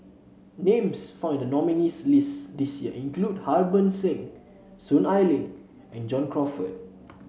names found in the nominees' list this year include Harbans Singh Soon Ai Ling and John Crawfurd